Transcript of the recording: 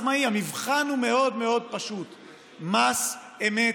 המבחן הוא מאוד מאוד פשוט: מס אמת.